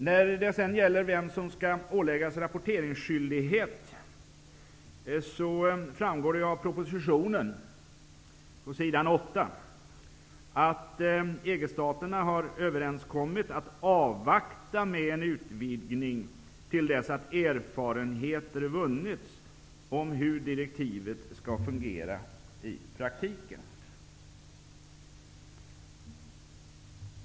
När det gäller vem som skall åläggas rapporteringsskyldighet framgår det av propositionen på s. 8 att EG-staterna har överenskommit att avvakta med en utvidgning till dess att erfarenheter vunnits om hur direktivet skall fungera i praktiken.